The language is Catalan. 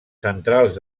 centrals